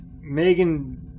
Megan